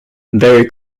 very